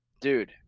dude